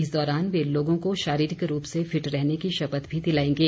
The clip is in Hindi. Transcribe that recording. इस दौरान वे लोगों को शारीरिक रूप से फिट रहने की शपथ भी दिलाएंगे